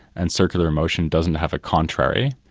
and circular motion doesn't have a contrary,